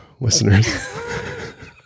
listeners